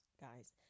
guys